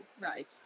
Right